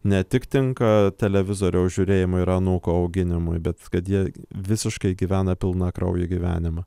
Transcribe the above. ne tik tinka televizoriaus žiūrėjimui ir anūko auginimui bet kad jie visiškai gyvena pilnakraujį gyvenimą